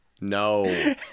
No